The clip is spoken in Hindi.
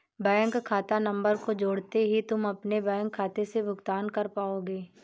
बैंक खाता नंबर को जोड़ते ही तुम अपने बैंक खाते से भुगतान कर पाओगे